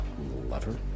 lover